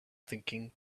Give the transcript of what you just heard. thinking